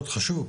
מאוד חשוב,